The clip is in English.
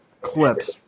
clips